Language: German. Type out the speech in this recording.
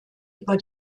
über